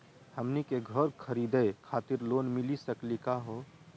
हमनी के घर खरीदै खातिर लोन मिली सकली का हो?